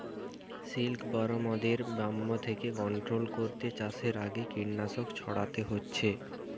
সিল্কবরমদের ব্যামো থিকে কন্ট্রোল কোরতে চাষের আগে কীটনাশক ছোড়াতে হচ্ছে